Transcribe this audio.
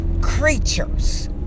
creatures